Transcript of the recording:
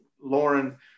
Lauren